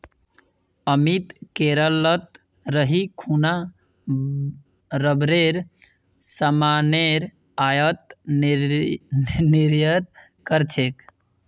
अमित केरलत रही खूना रबरेर सामानेर आयात निर्यात कर छेक